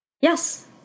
Yes